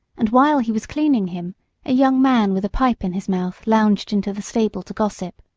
and while he was cleaning him a young man with a pipe in his mouth lounged into the stable to gossip.